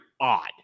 odd